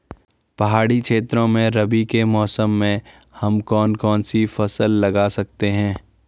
पहाड़ी क्षेत्रों में रबी के मौसम में हम कौन कौन सी फसल लगा सकते हैं?